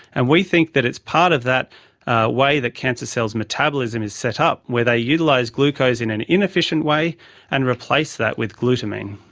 and we think that it's part of that way that cancer cells' metabolism is set up where they utilise glucose in an inefficient way and replace that with glutamine.